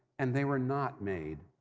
and they were not made